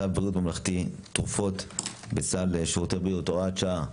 צו ביטוח בריאות ממלכתי (תרופות בסל שירותי הבריאות) (הוראת שעה),